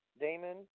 Damon